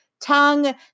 tongue